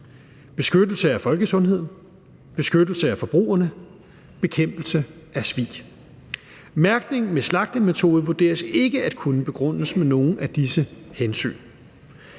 beskyttelse af folkesundheden, beskyttelse af forbrugerne, bekæmpelse af svig. Mærkning med slagtemetode vurderes ikke at kunne begrundes med nogen af disse hensyn.